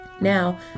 Now